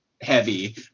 heavy